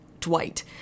Dwight